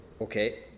Okay